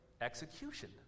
execution